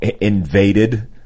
invaded